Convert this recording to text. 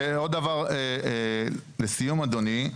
ועוד דבר לסיום אדוני.